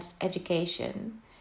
education